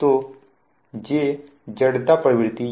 तो J जड़ता प्रवृत्ति है